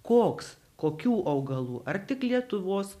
koks kokių augalų ar tik lietuvos